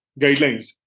guidelines